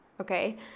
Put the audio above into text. okay